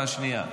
ואת השנייה,